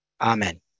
Amen